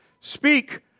Speak